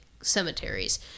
cemeteries